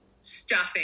stuffing